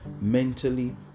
mentally